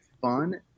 fun